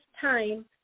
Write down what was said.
time